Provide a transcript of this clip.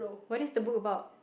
what is the book about